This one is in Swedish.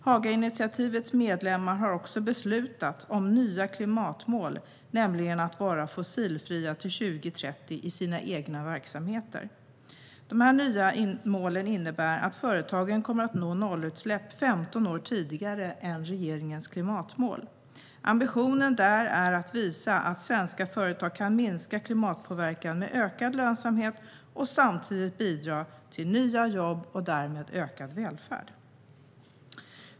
Hagainitiativets medlemmar har också beslutat om nya klimatmål, nämligen att vara fossilfria till 2030 i sina egna verksamheter. De nya målen innebär att företagen kommer att nå nollutsläpp 15 år tidigare än vad som är sagt i regeringens klimatmål. Ambitionen är att visa att svenska företag kan minska klimatpåverkan med ökad lönsamhet och samtidigt bidra till nya jobb och därmed ökad välfärd.